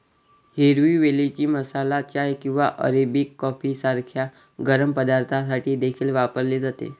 हिरवी वेलची मसाला चाय किंवा अरेबिक कॉफी सारख्या गरम पदार्थांसाठी देखील वापरली जाते